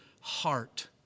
heart